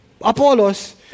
Apollos